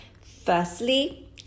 Firstly